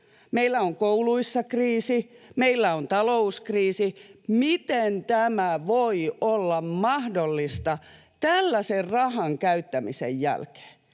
Meillä on kouluissa kriisi, meillä on talouskriisi. Miten tämä voi olla mahdollista tällaisen rahan käyttämisen jälkeen?